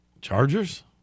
Chargers